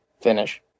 Finish